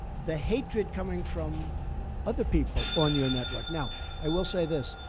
the hatred coming from other people on your network. now, i will say this.